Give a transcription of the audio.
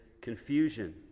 confusion